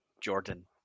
Jordan